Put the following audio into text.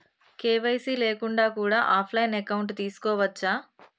KYC లేకుండా కూడా offline account తీసుకోవచ్చా?